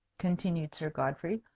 continued sir godfrey,